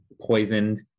poisoned